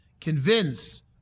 convince